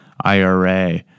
IRA